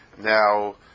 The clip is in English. Now